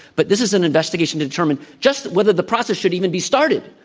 but this is an investigation to determine just whether the process should even be started,